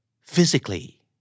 Physically